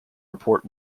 report